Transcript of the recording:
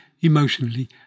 emotionally